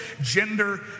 gender